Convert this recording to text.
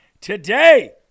today